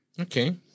Okay